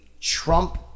Trump